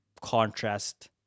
contrast